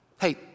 hey